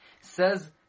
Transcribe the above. Says